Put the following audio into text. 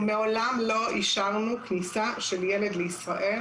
מעולם לא אישרנו כניסה של ילד לישראל,